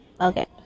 Okay